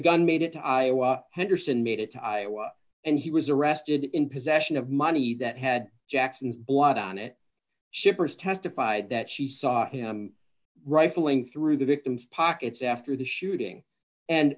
gun made it to iowa henderson made it and he was arrested in possession of money that had jackson's blood on it shippers testified that she saw him rifling through the victim's pockets after the shooting and